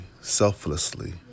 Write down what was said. selflessly